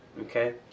okay